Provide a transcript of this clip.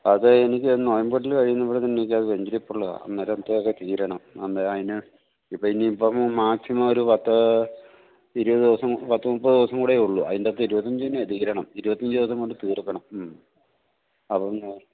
അത് എനിക്ക് നൊയമ്പൂട്ടല് കഴിയുന്നപ്പോഴേക്കും എനിക്കൊരു വെഞ്ചരിപ്പുള്ളതാണ് അന്നേരം ഒക്കെ അതു തീരണം അന്നേ അതിന് ഇപ്പോള് ഇനിയിപ്പോള് മാക്സിമം ഒരു പത്ത് ഇരുപതു ദിവസം പത്തുമുപ്പതു ദിവസംകൂടെയേ ഉള്ളു അതിന്റെയകത്ത് ഇരുപത്തിയഞ്ചിനു തീരണം ഇരുപത്തിയഞ്ച് ദിവസംകൊണ്ട് തീർക്കണം മ്മ് അപ്പോള്